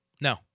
no